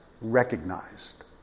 recognized